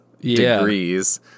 degrees